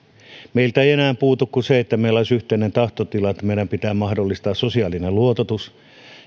meiltä ei enää puutu kuin se että meillä olisi yhteinen tahtotila että meidän pitää mahdollistaa sosiaalinen luototus